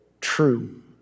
true